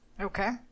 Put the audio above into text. Okay